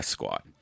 Squad